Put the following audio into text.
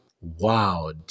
Wow